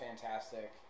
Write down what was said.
fantastic